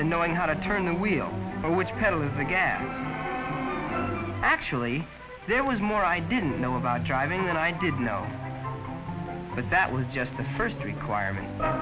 the knowing how to turn the wheel which pedal is again actually there was more i didn't know about driving and i didn't know but that was just the first requirement